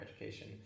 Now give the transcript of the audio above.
education